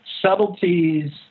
Subtleties